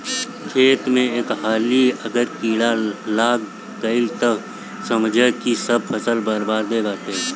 खेत में एक हाली अगर कीड़ा लाग गईल तअ समझअ की सब फसल बरबादे बाटे